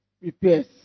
repairs